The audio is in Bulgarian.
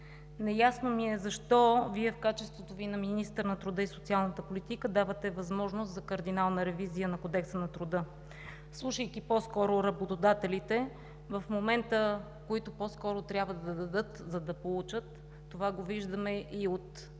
Неясно ми е, защо Вие в качеството Ви на министър на труда и социалната политика давате възможност за кардинална ревизия на Кодекса на труда? Слушайки по-скоро работодателите в момента, които трябва да дадат, за да получат, това го виждаме и от